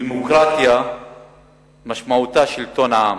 דמוקרטיה משמעותה שלטון העם,